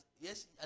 yes